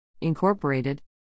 Incorporated